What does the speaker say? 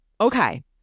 Okay